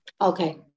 Okay